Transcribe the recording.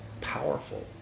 powerful